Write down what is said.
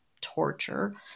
torture